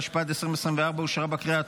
התשפ"ג 2023,